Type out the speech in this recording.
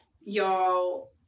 y'all